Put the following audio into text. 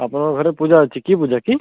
ଆପଣଙ୍କ ଘରେ ପୂଜା ଅଛି କି ପୂଜା କି